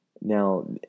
now